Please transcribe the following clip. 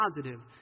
positive